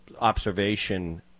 observation